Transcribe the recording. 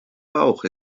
bauch